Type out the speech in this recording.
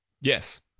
Yes